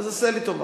אז עשה לי טובה.